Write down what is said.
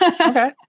Okay